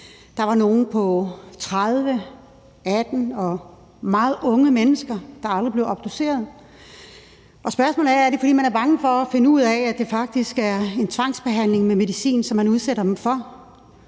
var der nogen på 30 år og 18 år, meget unge mennesker, der aldrig blev obduceret, og spørgsmålet er, om det er, fordi man er bange for at finde ud af, at det faktisk er den tvangsbehandling med medicin, som man udsætter dem for.